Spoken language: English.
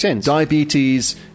diabetes